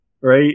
right